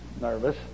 nervous